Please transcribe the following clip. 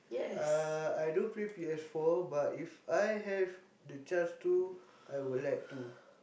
uh I don't play P_S-four but if I have the chance to I would like to